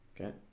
Okay